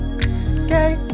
gay